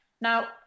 Now